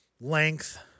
length